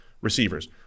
receivers